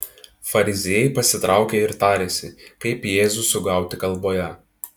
fariziejai pasitraukė ir tarėsi kaip jėzų sugauti kalboje